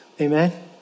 Amen